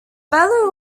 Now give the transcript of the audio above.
bellu